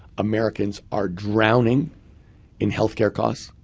americans are drowning in health care costs.